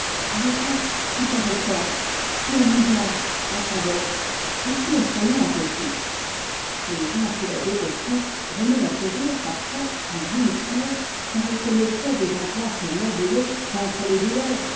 elle était si caressante si amusante la chavoche et si effrayante aussi les gens qui la détestaient venaient la quérir parfois en grand mystère car elle connaissait des emplâtres merveilleux contre les douleurs